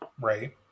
right